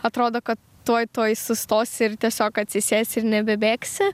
atrodo kad tuoj tuoj sustosi ir tiesiog atsisėsi ir nebebėgsi